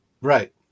right